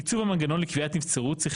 ייצור המנגנון לקביעת נבצרות צריך